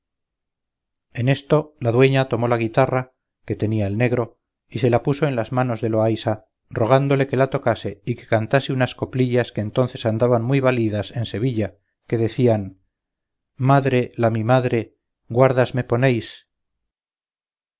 en esto la dueña tomó la guitarra que tenía el negro y se la puso en las manos de loaysa rogándole que la tocase y que cantase unas coplillas que entonces andaban muy validas en sevilla que decían madre la mi madre guardas me ponéis